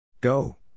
Go